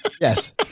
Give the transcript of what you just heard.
Yes